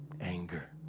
anger